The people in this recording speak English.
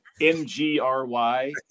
M-G-R-Y